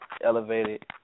elevated